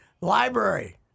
library